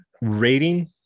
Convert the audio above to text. rating